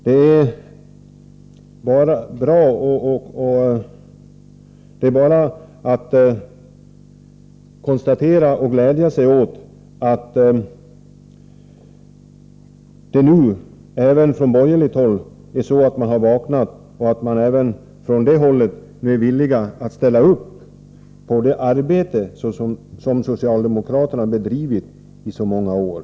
Det är bara att konstatera och glädja sig åt att man även från borgerligt håll har vaknat upp och är villig att ställa upp på det arbete som socialdemokraterna har bedrivit i så många år.